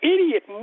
Idiot